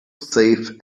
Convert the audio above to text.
safe